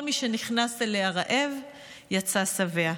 כל מי שנכנס אליה רעב יצא שבע.